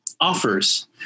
offers